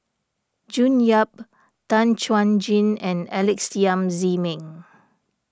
June Yap Tan Chuan Jin and Alex Yam Ziming